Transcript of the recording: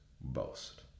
boast